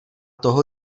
toho